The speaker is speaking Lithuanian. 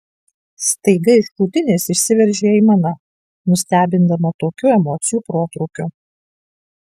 staiga iš krūtinės išsiveržė aimana nustebindama tokiu emocijų protrūkiu